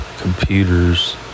computers